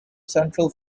central